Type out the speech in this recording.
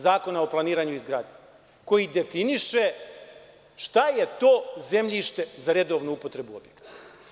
Zakona o planiranju i izgradnji koji definiše šta je to zemljište za redovnu upotrebu objekta?